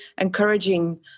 encouraging